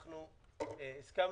אנחנו הסכמנו,